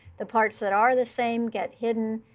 the parts that are the same get hidden.